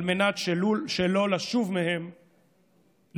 על מנת שלא לשוב מהם לעולם.